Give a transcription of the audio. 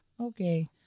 Okay